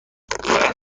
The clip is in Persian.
فقط